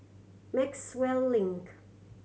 Maxwell Link